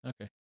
Okay